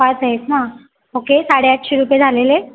पाच आहेत ना ओके साडे आठशे रुपये झालेले आहेत